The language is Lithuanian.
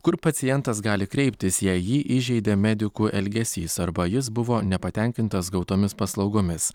kur pacientas gali kreiptis jei jį įžeidė medikų elgesys arba jis buvo nepatenkintas gautomis paslaugomis